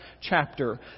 chapter